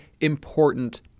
important